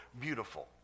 beautiful